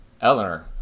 Eleanor